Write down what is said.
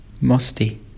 musty